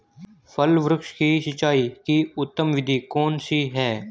फल वृक्ष की सिंचाई की उत्तम विधि कौन सी है?